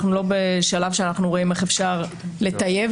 אנחנו לא בשלב שאנחנו רואים איך אפשר לטייב